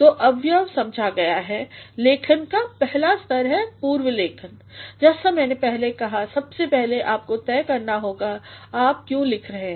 तो अवयव समझा गया है लेखन का पहला स्तर है पूर्व लेखन जैसा मैने पहले कहा सबसे पहले आपको तय करना होगा आप क्यों लिख रहे हैं